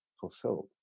fulfilled